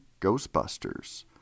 Ghostbusters